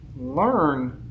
learn